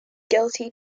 guilty